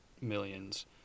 millions